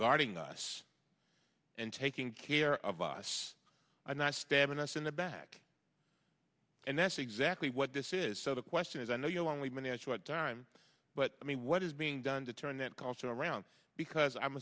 guarding us and taking care of us i'm not stabbing us in the back and that's exactly what this is so the question is i know you only manage what time but i mean what is being done to turn that concert around because i'm